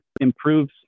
improves